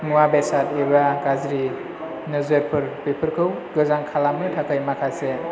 मुवा बेसाद एबा गाज्रि नोजोरफोर बेफोरखौ गोजान खालामनो थाखाय माखासे